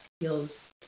feels